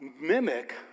mimic